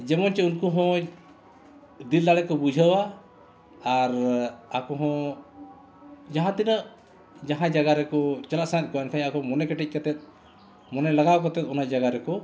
ᱡᱮᱢᱚᱱ ᱪᱮᱫ ᱩᱱᱠᱩ ᱦᱚᱸ ᱫᱤᱞ ᱫᱟᱲᱮ ᱠᱚ ᱵᱩᱡᱷᱟᱹᱣᱟ ᱟᱨ ᱟᱠᱚ ᱦᱚᱸ ᱡᱟᱦᱟᱸ ᱛᱤᱱᱟᱹᱜ ᱡᱟᱦᱟᱸ ᱡᱟᱭᱜᱟ ᱨᱮᱠᱚ ᱪᱟᱞᱟᱜ ᱥᱟᱱᱟᱭᱮᱫ ᱠᱚᱣᱟ ᱮᱱᱠᱷᱟᱱ ᱟᱠᱚ ᱢᱚᱱᱮ ᱠᱮᱴᱮᱡ ᱠᱟᱛᱮᱫ ᱢᱚᱱᱮ ᱞᱟᱜᱟᱣ ᱠᱟᱛᱮᱫ ᱚᱱᱟ ᱡᱟᱭᱜᱟ ᱨᱮᱠᱚ